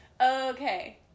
Okay